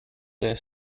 there